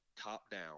top-down